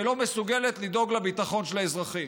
ולא מסוגלת לדאוג לביטחון של האזרחים.